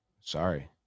Sorry